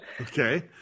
Okay